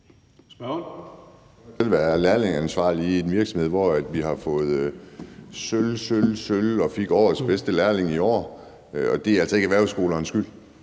været lærlingeansvarlig i en virksomhed, hvor vi har fået sølv, sølv, sølv og fik årets bedste lærling i år, og det er altså ikke erhvervsskolernes skyld.